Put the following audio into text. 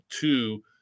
two